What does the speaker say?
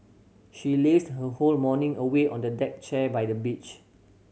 she lazed her whole morning away on the deck chair by the beach